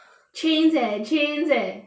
chains eh chains eh